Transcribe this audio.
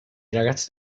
ragazzi